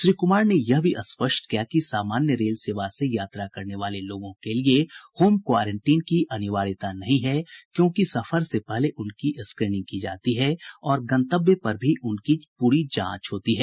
श्री कुमार ने यह स्पष्ट किया कि सामान्य रेल सेवा से यात्रा करने वाले लोगों के लिये होम क्वारेंटीन की अनिवार्यता नहीं है क्योंकि सफर से पहले उनकी स्क्रीनिंग की जाती है और गंतव्य पर भी उनकी पूरी जांच होती है